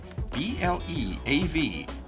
BLEAV